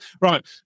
Right